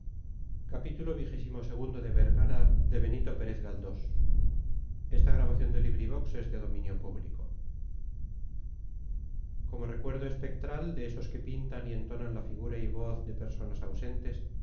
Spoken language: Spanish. como recuerdo espectral de esos que pintan y entonan la figura y voz de personas ausentes